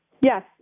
Yes